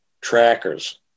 trackers